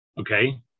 Okay